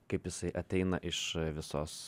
kaip jisai ateina iš visos